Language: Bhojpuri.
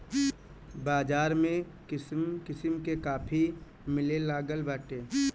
बाज़ार में किसिम किसिम के काफी मिलेलागल बाटे